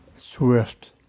swift